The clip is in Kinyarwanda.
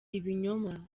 ibinyoma